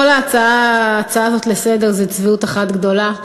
כל ההצעה הזאת לסדר-היום היא צביעות אחת גדולה,